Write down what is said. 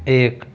एक